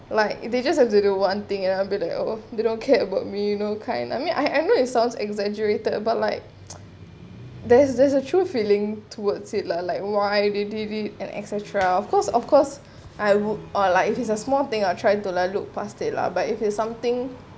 like they just have to do one thing and I'll be like oh they don't care about me you know kind I mean I I know it sounds exaggerated about like there's there's a true feeling towards it lah like why they did it and etcetera of course of course I would uh like if it's a small thing I'll try to look past it lah but if it's something